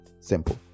Simple